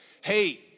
Hey